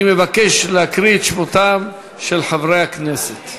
אני מבקש להקריא את שמותיהם של חברי הכנסת.